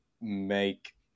make